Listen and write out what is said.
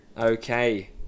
Okay